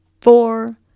four